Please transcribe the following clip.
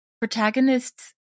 protagonists